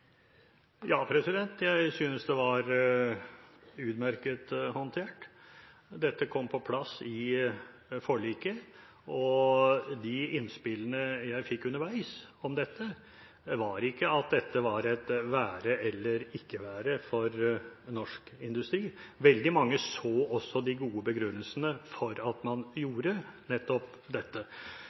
Ja, jeg synes det har vært utmerket håndtert. Dette kom på plass i forliket, og de innspillene jeg fikk underveis om dette, var ikke at dette var et være eller ikke være for norsk industri. Veldig mange så også de gode begrunnelsene for at man gjorde nettopp dette.